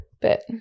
but-